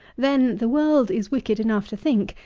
then, the world is wicked enough to think,